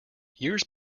years